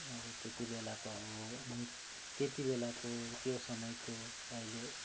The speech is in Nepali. अब त्यति बेलाको उही त्यति बेलाको त्यो समयको अहिले